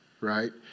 right